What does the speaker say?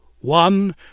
One